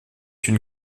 une